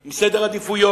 עם סדר עדיפויות,